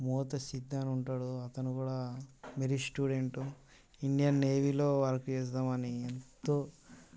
మోతసిద్ధ అని ఉంటాడు అతను కూడా మెరిట్ స్టూడెంట్ ఇండియన్ నేవీలో వర్క్ చేద్దాం అని ఎంతో